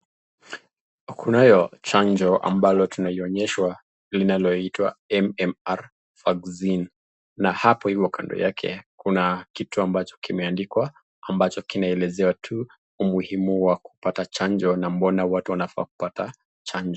Kunayo chanjo ambalo tunaonyeshwa linaloitwa: MMR Vaccine, na hapo hivo kando yake kuna kitu ambacho kimeandikwa ambacho kinaelezea tu umuhimu wa kupata chanjo na mbona watu wanafaa kupata chanjo.